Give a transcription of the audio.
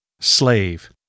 Slave